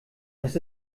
das